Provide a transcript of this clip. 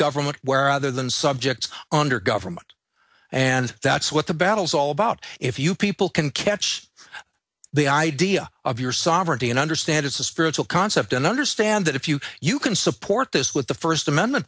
government where other than subjects under government and that's what the battle's all about if you people can catch the idea of your sovereignty and understand it's a spiritual concept and understand that if you you can support this with the first amendment